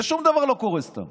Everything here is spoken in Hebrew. ושום דבר לא קורה סתם